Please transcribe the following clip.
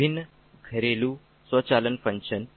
विभिन्न घरेलू स्वचालन फ़ंक्शंस